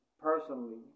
personally